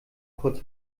kurz